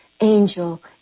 Angel